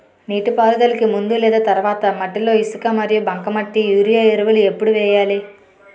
నీటిపారుదలకి ముందు లేదా తర్వాత మట్టిలో ఇసుక మరియు బంకమట్టి యూరియా ఎరువులు ఎప్పుడు వేయాలి?